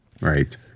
right